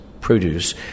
Produce